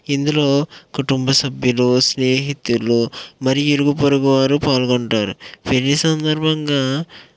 ఇందులో కుటుంబ సభ్యులు స్నేహితులు మరియు ఇరుగుపొరుగు వారు పాల్గొంటారు పెళ్లి సందర్భంగా